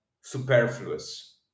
superfluous